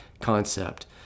concept